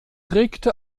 regte